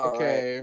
Okay